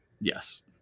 yes